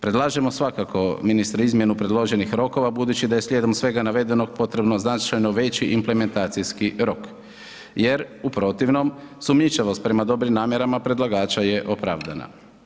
Predlažemo svakako ministre izmjenu predloženih rokova budući da je slijedom svega navedenog potrebno značajno veći implementacijski rok jer u protivnom sumnjičavost prema dobrim namjerama predlagača je opravdana.